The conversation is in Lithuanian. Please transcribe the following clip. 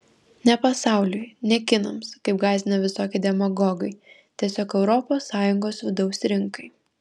ne pasauliui ne kinams kaip gąsdina visokie demagogai tiesiog europos sąjungos vidaus rinkai